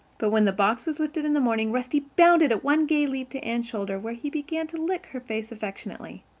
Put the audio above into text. but, when the box was lifted in the morning, rusty bounded at one gay leap to anne's shoulder where he began to lick her face affectionately.